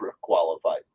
qualifies